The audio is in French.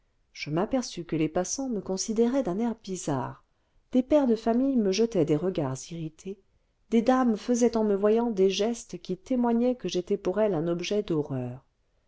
je m'aperçus que les passants me considéraient d'un air bizarre des pères de famille me jetaient des regards irrités des dames faisaient en me voyant des gestes qui témoignaient que j'étais pour elle un objet d'horreur